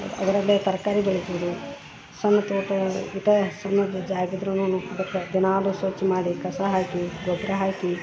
ಅದರಲ್ಲೇ ತರಕಾರಿ ಬೆಳಿಬೋದು ಸಣ್ಣ ತೋಟ ವಿಟ ಸಣ್ಣದು ಜಾಗ ಇದ್ರುನುನು ದಿನಾಗಲು ಸ್ವಚ್ಛ ಮಾಡಿ ಕಸ ಹಾಕಿ ಗೊಬ್ಬರ ಹಾಕಿ